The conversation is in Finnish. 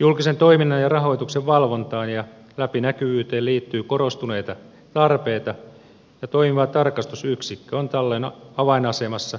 julkisen toiminnan ja rahoituksen valvontaan ja läpinäkyvyyteen liittyy korostuneita tarpeita ja toimiva tarkastusyksikkö on tällöin avainasemassa